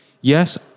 Yes